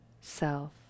self